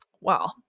Wow